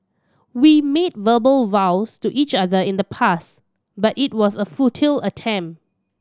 we made verbal vows to each other in the past but it was a futile attempt